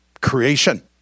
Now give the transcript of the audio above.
creation